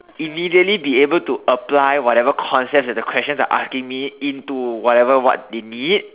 immediately be able to apply whatever concepts that the questions are asking me into whatever what they need